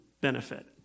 benefit